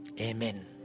Amen